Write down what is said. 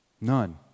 None